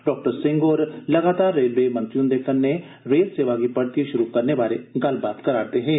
डॉ सिंह होर लगातार रेलवे मंत्री हुन्दे कन्नै रेल सेवा गी परतिए शुरू करने बारै गल्लबात करा'रदे हे